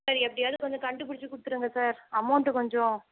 sir எப்படியாவது கொஞ்சம் கண்டு பிடிச்சி கொடுத்துருங்க சார் அமௌண்ட்டு கொஞ்சம்